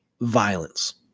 violence